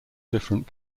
different